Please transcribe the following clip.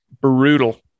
Brutal